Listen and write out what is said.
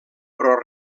pro